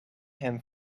him